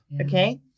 Okay